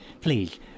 Please